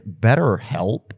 BetterHelp